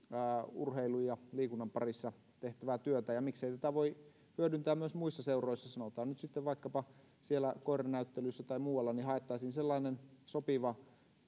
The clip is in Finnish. urheilun ja liikunnan parissa tehtävää työtä ja miksei tätä voi hyödyntää myös muissa seuroissa sanotaan nyt vaikkapa siellä koiranäyttelyissä tai muualla eli haettaisiin sellainen sopiva